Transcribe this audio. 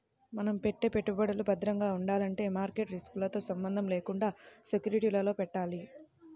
మనం పెట్టే పెట్టుబడులు భద్రంగా ఉండాలంటే మార్కెట్ రిస్కులతో సంబంధం లేకుండా సెక్యూరిటీలలో పెట్టాలి